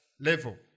level